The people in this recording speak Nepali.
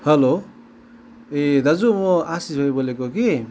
हेलो ए दाजु मो आशिष भाइ बोलेको कि